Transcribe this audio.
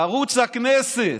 ערוץ הכנסת.